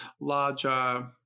larger